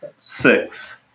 six